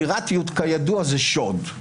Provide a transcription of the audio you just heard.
פיראטיות, כידוע, זה שוד.